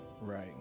Right